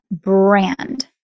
brand